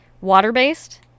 water-based